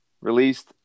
Released